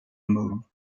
move